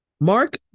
Mark